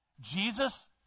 jesus